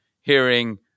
hearing